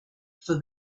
for